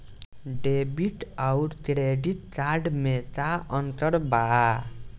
Debit आउर credit card मे का अंतर बा?